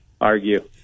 argue